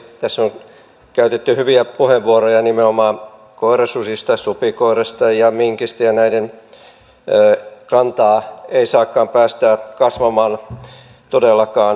tässä on käytetty hyviä puheenvuoroja nimenomaan koirasusista supikoirasta ja minkistä ja näiden kantaa ei saakaan päästää kasvamaan todellakaan